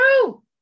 true